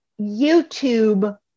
YouTube